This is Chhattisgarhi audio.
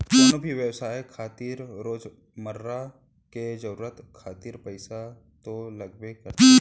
कोनो भी बेवसाय खातिर रोजमर्रा के जरुरत खातिर पइसा तो लगबे करथे